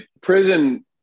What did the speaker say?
prison